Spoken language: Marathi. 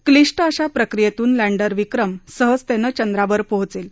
किलष्ट अशा प्रक्रियेतून लँडर विक्रम सहजतेनं चंद्रावर पोचेल